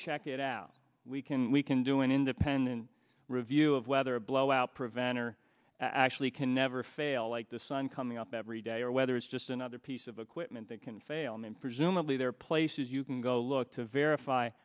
check it out we can we can do an independent review of whether a blowout preventer actually can never fail like the sun coming up every day or whether it's just another piece of equipment that can fail and presumably there are places you can go look to verify